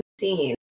seen